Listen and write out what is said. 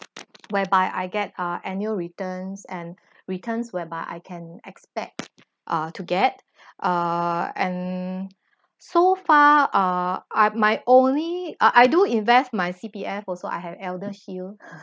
whereby I get annual returns and returns whereby I can expect uh to get uh and so far uh I've my only I I do invest my C_P_F_ also I have eldershield